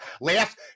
last